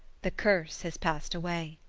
the curse has passed away!